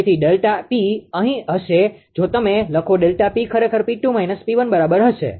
તેથી ΔP અહીં હશે જો તમે લખો ΔP ખરેખર 𝑃2 − 𝑃1 બરાબર હશે